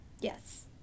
Yes